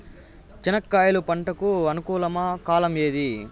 చెనక్కాయలు పంట కు అనుకూలమా కాలం ఏది?